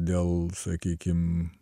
dėl sakykim